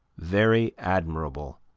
very admirable,